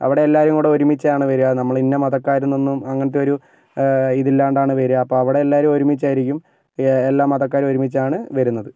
അവിടെ എല്ലാവരുംകൂടി ഒരുമിച്ചാണ് വരിക നമ്മൾ ഇന്ന മതക്കാർ എന്നൊന്നും അങ്ങനത്തൊരു ഇതില്ലാണ്ടാണ് വരിക അപ്പം അവിടെ എല്ലാവരും ഒരുമിച്ചായിരിക്കും എല്ലാ മതക്കാരും ഒരുമിച്ചാണ് വരുന്നത്